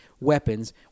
weapons